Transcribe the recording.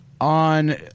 on